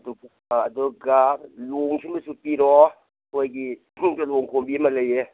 ꯑꯗꯨꯒ ꯂꯣꯡꯁꯤꯃꯁꯨ ꯄꯤꯔꯣ ꯑꯩꯈꯣꯏꯒꯤ ꯌꯨꯝꯗ ꯂꯣꯡ ꯈꯣꯟꯕꯤ ꯑꯃ ꯂꯩꯌꯦ